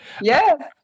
Yes